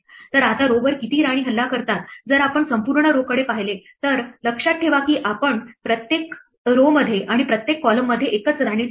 तर आता row वर किती राणी हल्ला करतात जर आपण संपूर्ण row कडे पाहिले तर लक्षात ठेवा की आपण प्रत्येक row मध्ये आणि प्रत्येक columnमध्ये एकच राणी ठेवतो